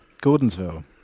gordonsville